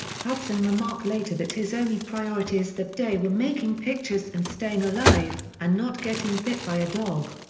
hudson remarked later that his only priorities that day were making pictures and staying alive and not getting bit by a dog.